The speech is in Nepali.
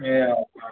ए हजुर हजुर